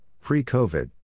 pre-COVID